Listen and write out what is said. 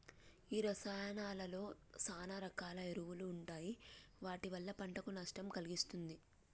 గీ రసాయానాలలో సాన రకాల ఎరువులు ఉంటాయి వాటి వల్ల పంటకు నష్టం కలిగిస్తుంది